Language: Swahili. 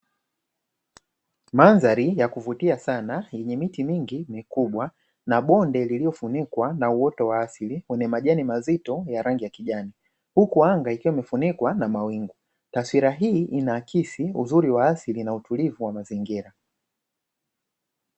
Mandhari ya kuvutia sana, yenye miti mingi mikubwa, na bonde liliyofunikwa na uoto wa asili wenye majani mazito ya rangi ya kijani, huku anga ikiwa imefunikwa na mawingu, taswira hii inaakisi uzuri wa asili na utulivu wa mazingira.